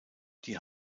die